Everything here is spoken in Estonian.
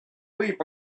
võib